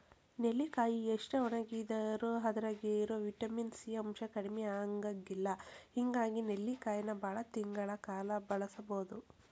ನೆಲ್ಲಿಕಾಯಿ ಎಷ್ಟ ಒಣಗಿದರೂ ಅದ್ರಾಗಿರೋ ವಿಟಮಿನ್ ಸಿ ಅಂಶ ಕಡಿಮಿ ಆಗಂಗಿಲ್ಲ ಹಿಂಗಾಗಿ ನೆಲ್ಲಿಕಾಯಿನ ಬಾಳ ತಿಂಗಳ ಕಾಲ ಬಳಸಬೋದು